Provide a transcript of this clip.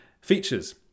Features